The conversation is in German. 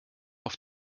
auf